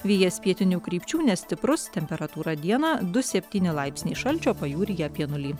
vėjas pietinių krypčių nestiprus temperatūra dieną du septyni laipsniai šalčio pajūryje apie nulį